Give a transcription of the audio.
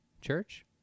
Church